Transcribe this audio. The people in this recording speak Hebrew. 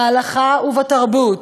בהלכה ובתרבות,